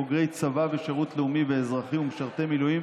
בוגרי צבא ושירות לאומי ואזרחי ומשרתי מילואים,